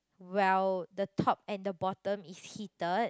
well the top and the bottom is heated